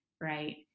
right